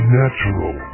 natural